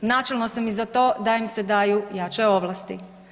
Načelno sam i za to da im se daju jače ovlasti.